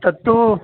तत्तु